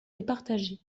départager